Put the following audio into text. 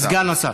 סגן השר.